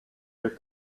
your